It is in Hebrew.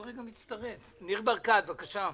ניר ברקת, בבקשה,